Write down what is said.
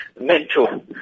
mental